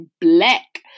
black